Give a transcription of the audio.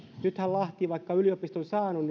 nythän lahdessa vaikka se on yliopiston saanut